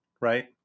right